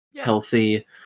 healthy